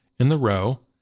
in the row.